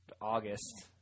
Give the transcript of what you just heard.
August